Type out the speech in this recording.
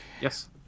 Yes